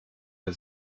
der